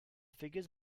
figures